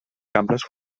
cambres